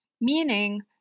meaning